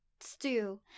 stew